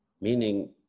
meaning